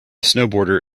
snowboarder